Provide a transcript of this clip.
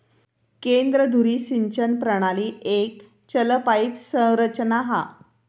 केंद्र धुरी सिंचन प्रणाली एक चल पाईप संरचना हा